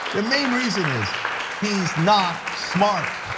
the main reason is he's not smart.